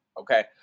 okay